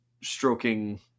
stroking